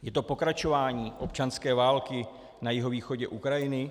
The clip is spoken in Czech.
Je to pokračování občanské války na jihovýchodě Ukrajiny?